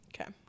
Okay